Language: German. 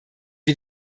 wir